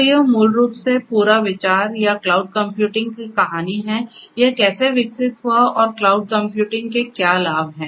तो यह मूल रूप से पूरा विचार या क्लाउड कंप्यूटिंग की कहानी है यह कैसे विकसित हुआ और क्लाउड कंप्यूटिंग के क्या लाभ हैं